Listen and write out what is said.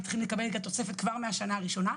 הם צריכים לקבל את התוספת כבר מהשנה הראשונה,